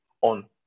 on